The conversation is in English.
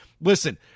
Listen